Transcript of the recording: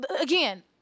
Again